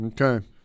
Okay